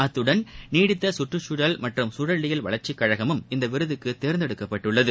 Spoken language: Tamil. அத்துடன் நீடித்த சுற்றுக்சூழல் மற்றும் சூழலியல் வளர்ச்சிக் கழகமும் இவ்விருதுக்கு தேர்ந்தெடுக்கப்பட்டுள்ளது